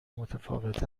متفاوت